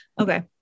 Okay